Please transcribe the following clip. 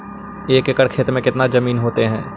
एक एकड़ खेत कितनी जमीन होते हैं?